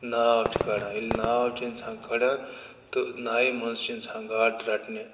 ناو چھِ کڑان ییٚلہِ ناو چھِ اِنسان کڑان تہٕ نایہِ مَنٛز چھِ اِنسان گاڈٕ رٹنہِ